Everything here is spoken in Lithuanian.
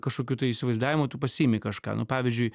kažkokių tai įsivaizdavimų tu pasiimi kažką nu pavyzdžiui